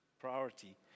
priority